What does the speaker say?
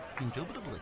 indubitably